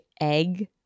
egg